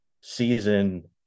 season